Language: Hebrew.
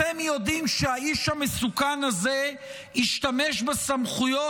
אתם יודעים שהאיש המסוכן הזה ישתמש בסמכויות